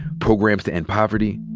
programs to end poverty,